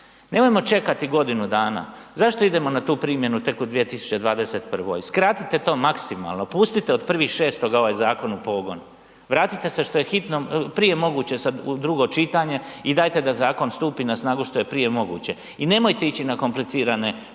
Nemojmo čekati godinu dana. Zašto idemo na tu primjenu tek u 2021., skratite to maksimalno, pustiti od 1.6. ovaj zakon u pogon, vratite se što je prije moguće u drugo čitanje i dajte da zakon stupi na snagu što je prije moguće. I nemojte ići na komplicirane podzakonske